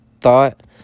thought